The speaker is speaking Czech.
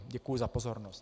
Děkuji za pozornost.